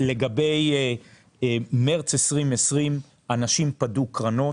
לגבי מרץ 2020, אנשים פדו קרנות,